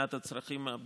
מבחינת הצרכים הבריאותיים,